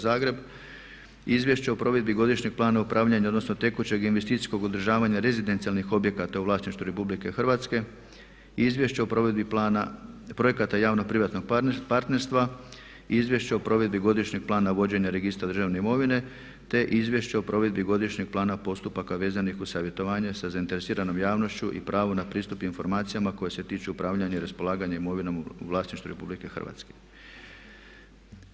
Zagreb“, Izvješće o provedbi Godišnjeg plana upravljanja odnosno tekućeg investicijskog održavanja rezidencijalnih objekata u vlasništvu Republike Hrvatske, Izvješće o provedbi Plana projekata javno-privatnog partnerstva, Izvješće o provedbi Godišnjeg plana vođenja registra državne imovine te Izvješće o provedbi Godišnjeg plana postupaka vezanih uz savjetovanje sa zainteresiranom javnošću i pravo na pristup informacijama koje se tiču upravljanja i raspolaganjem imovinom u vlasništvu Republike Hrvatske.